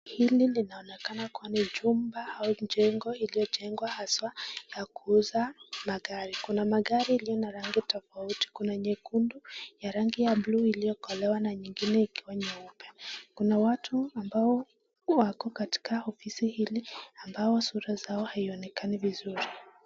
Hili linaonekana kuwa ni jumba au jengo iliyojengwa haswa ya kuuza magari kuna magari iliyo na rangi tofauti kuna nyekundu, ya rangi ya buluu iliyokolewa na nyingine ikiwa nyeupe kuna watu ambao wako katika ofisi hili ambao sura yao haionekani vizuri.